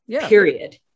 period